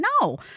no